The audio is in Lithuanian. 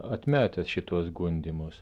atmetęs šituos gundymus